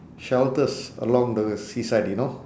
shelters along the seaside you know